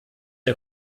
der